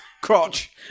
Crotch